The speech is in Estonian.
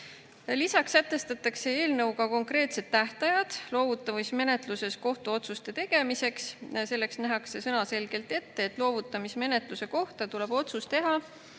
sätestatakse eelnõuga konkreetsed tähtajad loovutamismenetluses kohtuotsuste tegemiseks. Selleks nähakse sõnaselgelt ette, et loovutamismenetluse kohta tuleb otsus teha